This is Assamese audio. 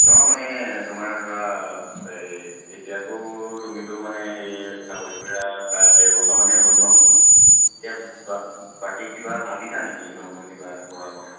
নহয় মানে তোমাৰ ধৰা এই এতিয়াতো তুমিতো মানে সেই চাকৰিটো এৰা প্ৰায় ডেৰবছৰমানেই হ'ল ন এতিয়া বাকী কিবা ভাবিছা নেকি নতুন কিবা কৰাৰ কথা